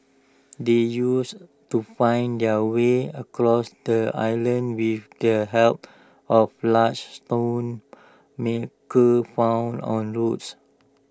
they used to find their way across the island with their help of large stone maker found on roads